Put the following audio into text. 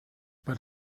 but